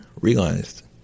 realized